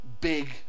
big